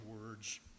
words